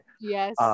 Yes